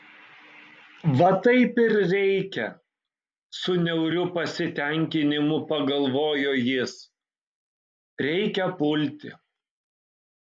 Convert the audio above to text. va taip ir reikia su niauriu pasitenkinimu pagalvojo jis reikia pulti